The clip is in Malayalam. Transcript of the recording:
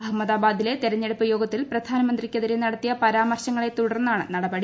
അഹമ്മദാബാദിലെ തെരഞ്ഞെടുപ്പ് യോഗത്തിൽ പ്രധാനമന്ത്രിക്കെതിരെ നടത്തിയ പരാമർശ്ശങ്ങളെത്തുടർന്നാണ് നടപടി